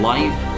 Life